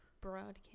broadcast